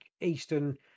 Eastern